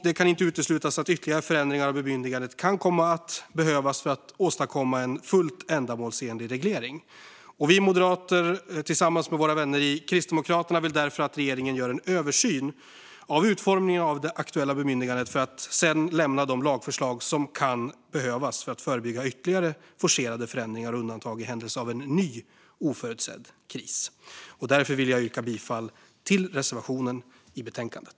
Det kan inte uteslutas att ytterligare förändringar av bemyndigandet kan komma att behövas för att åstadkomma en fullt ändamålsenlig reglering. Vi moderater, tillsammans med våra vänner i Kristdemokraterna, vill därför att regeringen gör en översyn av utformningen av det aktuella bemyndigandet för att sedan lämna de lagförslag som kan behövas för att förebygga ytterligare forcerade förändringar och undantag i händelse av en ny oförutsedd kris. Därför yrkar jag bifall till reservationen i betänkandet.